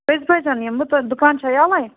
کٔژِ بَجَن یِمہٕ بہٕ دُکان چھےٚ حظ یَلَے